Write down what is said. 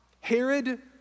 Herod